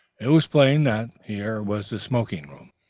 it was plain that here was the smoking-room,